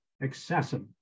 excessive